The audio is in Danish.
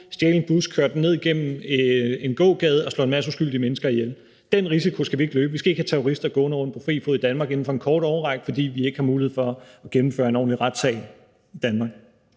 stjæle en bus, køre den ned gennem en gågade og slå en masse uskyldige mennesker ihjel. Den risiko skal vi ikke løbe. Vi skal ikke have terrorister gående rundt på fri fod i Danmark inden for en kort årrække, fordi vi ikke har mulighed for at gennemføre en ordentlig retssag i Danmark.